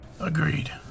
Agreed